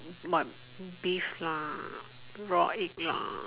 what beef lah raw egg lah